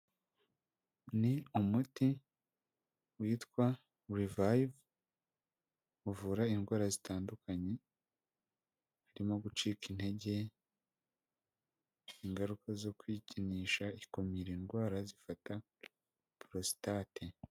Ni umuti witwa rivayivu, uvura indwara zitandukanye harimo gucika intege, ingaruka zo kwikinisha, ikumira indwara zifata porositate.